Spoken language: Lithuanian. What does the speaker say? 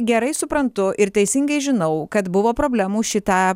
gerai suprantu ir teisingai žinau kad buvo problemų šitą